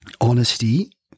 honesty